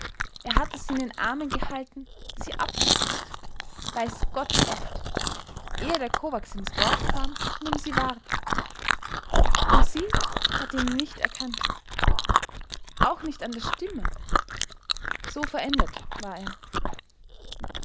er hatte sie in den armen gehalten sie abgeküßt weiß gott wie oft ehe der kovacs ins dorf kam und um sie warb und sie hatte ihn nicht erkannt auch nicht an der stimme so verändert war er